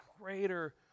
greater